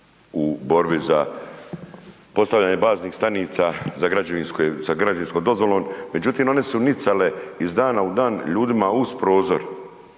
u borbi za postavljanje baznih stanica, za građevinsku dozvolu, međutim, one su nicale, iz dana u dan, ljudima uz prozor,